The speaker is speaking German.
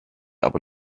aber